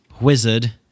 wizard